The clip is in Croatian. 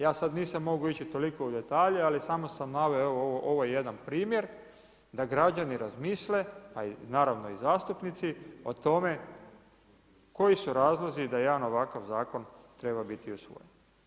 Ja sad nisam mogao ići toliko u detalje, ali samo sam naveo, evo ovo je jedan primjer da građani razmislite a naravno i zastupnici o tome koji su razlozi da jedan ovakav zakon treba biti usvojen.